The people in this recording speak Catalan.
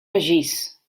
begís